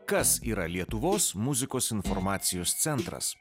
kas yra lietuvos muzikos informacijos centras